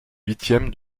huitième